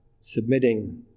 submitting